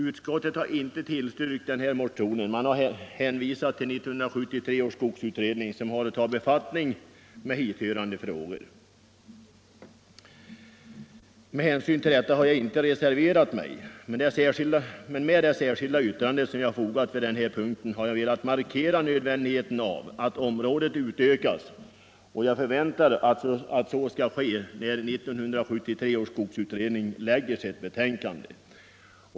Utskottet har inte tillstyrkt motionen utan hänvisar till 1973 års skogsutredning, som har att ta befattning med hithörande frågor. Med hänsyn till detta har jag inte reserverat mig. Med det särskilda yttrande som jag har fogat till denna punkt har jag velat markera nödvändigheten av att området utökas. Jag förväntar att så skall ske när 1973 års skogsutredning framlägger sitt betänkande.